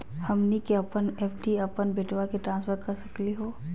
हमनी के अपन एफ.डी अपन बेटवा क ट्रांसफर कर सकली हो?